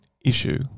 issue